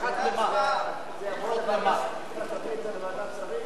תביא את זה לוועדת שרים?